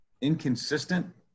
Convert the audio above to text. inconsistent